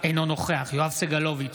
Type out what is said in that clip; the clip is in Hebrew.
אינו נוכח יואב סגלוביץ'